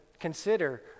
Consider